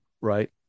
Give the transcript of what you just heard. Right